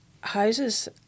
houses